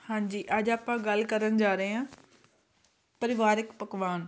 ਹਾਂਜੀ ਅੱਜ ਆਪਾਂ ਗੱਲ ਕਰਨ ਜਾ ਰਹੇ ਹਾਂ ਪਰਿਵਾਰਕ ਪਕਵਾਨ